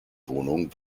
wohnung